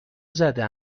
زده